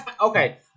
Okay